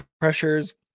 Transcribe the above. pressures